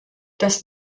das